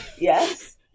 Yes